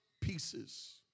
pieces